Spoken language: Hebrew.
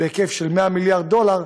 בהיקף של 100 מיליארד דולר,